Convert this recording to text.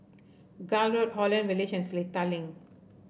Gul Road Holland Village and Seletar Link